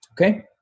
Okay